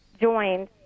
joined